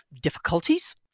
difficulties